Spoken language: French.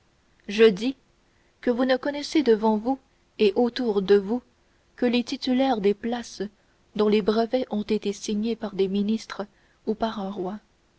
je dis que vous ne reconnaissez devant vous et autour de vous que les titulaires des places dont les brevets ont été signés par des ministres ou par un roi